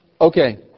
okay